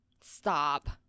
Stop